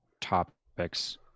topics